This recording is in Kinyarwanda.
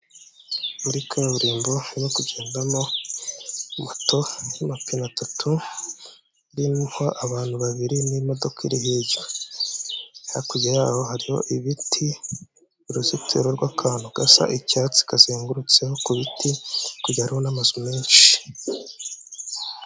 Muri kaburimbo harimo kugendamo moto y'amapine atatu, iriho abantu babiri n'imodoka iri hirya. Hakurya yaho hari ibiti, uruzitiro rw'akantu gasa icyatsi kazengurutseho ku biti, hakurya hariyo n'amazu menshi.